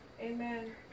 Amen